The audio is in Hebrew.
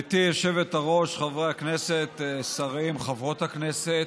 גברתי היושבת-ראש, חברי הכנסת, שרים, חברות הכנסת,